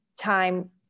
time